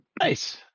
Nice